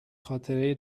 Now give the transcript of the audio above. خاطره